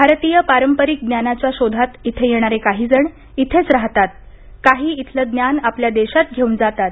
भारतीय पारंपरिक ज्ञानाच्या शोधात इथे येणारे काहीजण इथेच राहतात काही इथलं ज्ञान आपल्या देशात घेऊन जातात